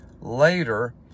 later